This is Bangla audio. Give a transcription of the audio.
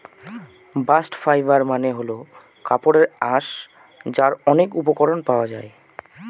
বাস্ট ফাইবার মানে হল কাপড়ের আঁশ যার অনেক উপকরণ পাওয়া যায়